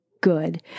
good